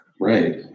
Right